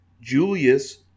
Julius